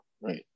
right